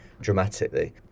dramatically